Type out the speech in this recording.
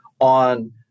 on